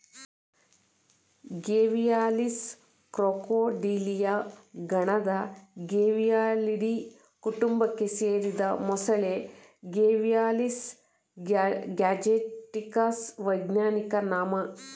Gavialis Crocodilia ಗಣದ Gavialidae ಕುಟುಂಬಕ್ಕೆ ಸೇರಿದ ಮೊಸಳೆ ಗೇವಿಯಾಲಿಸ್ ಗ್ಯಾಂಜೆಟಿಕಸ್ ವೈಜ್ಞಾನಿಕ ನಾಮ